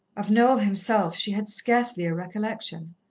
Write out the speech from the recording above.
of noel himself she had scarcely a recollection.